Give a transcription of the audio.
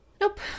Nope